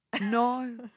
no